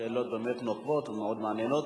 שאלות באמת נוקבות ומאוד מעניינות.